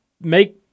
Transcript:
make